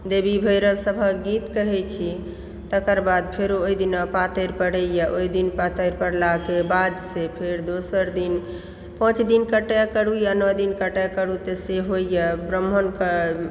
देवी भैरव सभक गीत कहै छी तकर बाद फेरो ओहि दिना पातरि पड़ैया ओहि दिन पातरि पड़लाक बाद से फेर दोसर दिन पाँच दिनका तय करु या नओ दिनका तय करु तऽ से होइया ब्राम्हणक